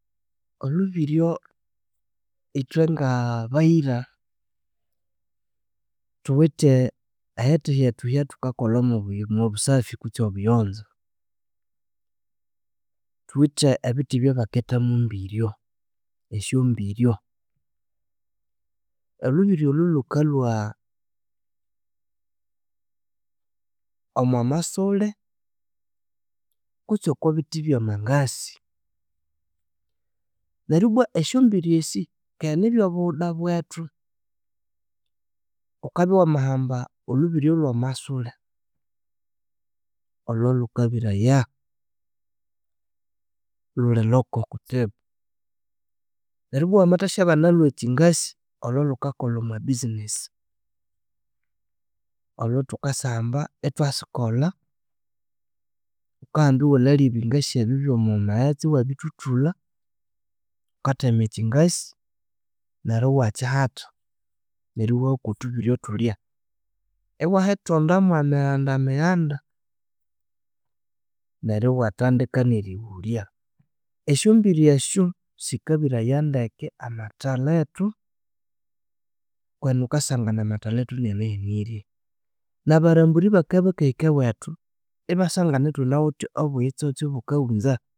Olhubiryo, ithwe ngabayira thuwithe ehithi hyethu esyathukakolhamu obusafi kwitsi obuyonjo. Thuwithe ebithi ebyabaketamu mbiryo, esyombiryo. Olhubiryo olhu lhukalhwa omwamasule kutse okwabithi ebyamangasi. Neribwa esyombiryo esi keghe nibyobughuda bwethu. Ghukabya wamahamba olhubiryo olhwamasule, olho lhukabiraya, lhuli local kutsibu. Neribwa wamathasyabana olhwekyingasi, olho lhukakolha omwa business. Olho thukasihamba ithwasikolha, ghukahamba iwalhalya ebingasi ebyu byomwamaghetse iwabithuthulha. Ghukathema ekyingasi neru iwakyihatha, neru iwihaku othubiryo thulya. Iwahithonda mwamighandamighanda neru iwathandika nerighulya. Esyombiryo esyu sikabiraya ndeke amathalhethu. Kwenene ghukasangana amathalhethu inianahenirye, nabaramburi bakabya bakahira ewethu ibasangana ithunawithe obuyitsotse obukaghunza.